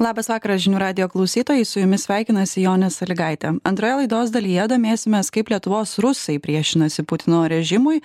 labas vakaras žinių radijo klausytojai su jumis sveikinasi jonė salygaitė antroje laidos dalyje domėsimės kaip lietuvos rusai priešinasi putino režimui